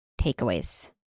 takeaways